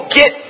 get